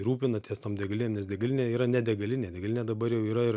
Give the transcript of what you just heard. rūpinatės tom degalinėm nes degalinė yra ne degalinė degalinė dabar jau yra ir